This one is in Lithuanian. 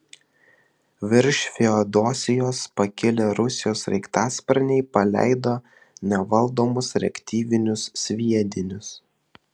virš feodosijos pakilę rusijos sraigtasparniai paleido nevaldomus reaktyvinius sviedinius